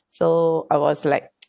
so I was like